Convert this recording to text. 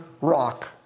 rock